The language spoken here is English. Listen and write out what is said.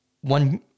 One